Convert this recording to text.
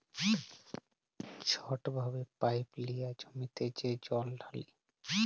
ছট ভাবে পাইপ লিঁয়ে জমিতে যে জল ঢালে